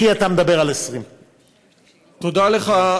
כי אתה מדבר על 20. תודה לך,